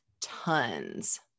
tons